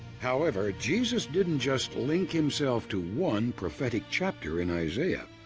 however, jesus didn't just link himself to one prophetic chapter in isaiah,